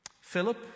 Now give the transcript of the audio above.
Philip